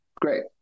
great